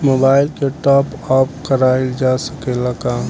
Mobile के top आप कराइल जा सकेला का?